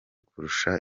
kurusha